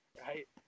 right